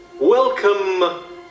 Welcome